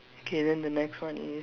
K then the next one is